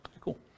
Cool